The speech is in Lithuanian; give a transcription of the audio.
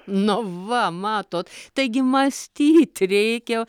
nu va matot taigi mąstyt reikia